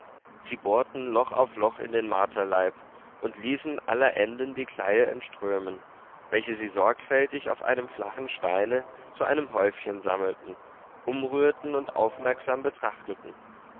sie bohrten loch auf loch in den marterleib und ließen aller enden die kleie entströmen welche sie sorgfältig auf einem flachen steine zu einem häufchen sammelten umrührten und aufmerksam betrachteten